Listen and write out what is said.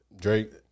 Drake